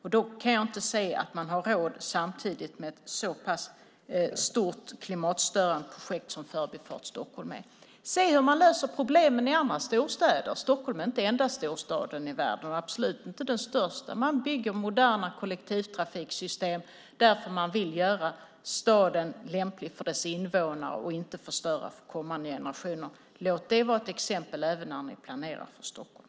Jag tror inte att man samtidigt har råd med ett så stort klimatstörande projekt som Förbifart Stockholm. Se hur man löser problemen i andra storstäder! Stockholm är inte den enda storstaden i världen, och absolut inte den största. Man bygger moderna kollektivtrafiksystem, därför att man vill göra staden lämplig för dess invånare och inte vill förstöra för kommande generationer. Låt det vara ett exempel även när ni planerar för Stockholm!